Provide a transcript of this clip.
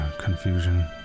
confusion